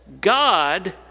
God